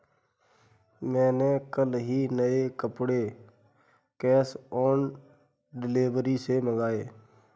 मैंने कल ही नए कपड़े कैश ऑन डिलीवरी से मंगाए